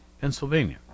Pennsylvania